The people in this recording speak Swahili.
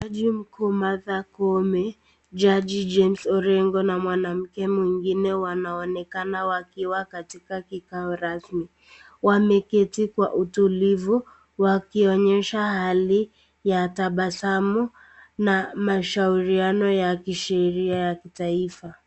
Jaji mkuu Martha Koome, jaji James Orengo na mwanamke mwingine wanaonekana wakiwa katika kikao rasmi, wameketi kwa utulivu wakionyesha hali ya tabasamu na mashauriano ya kisheria ya kitaifa.